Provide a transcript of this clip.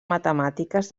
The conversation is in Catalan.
matemàtiques